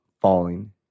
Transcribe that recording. falling